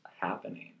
happening